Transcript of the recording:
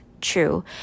true